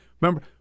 remember